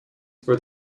for